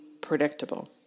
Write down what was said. predictable